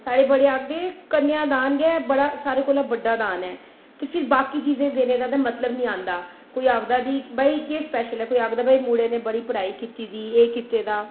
साढ़े बड़े आखदे कन्या दान गै बड़ा सारें कोला बड्डा दान ऐ ते फ्ही बाकी चीजां देने दा ते मतलब नेईं औंदा कोई आखदा कि भई केह् स्पैशल ऐ कोई आखदा भई मुड़े ने बड़ी पढ़ाई कीती दी एह् कीते दा